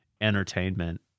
entertainment